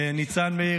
לניצן מאיר,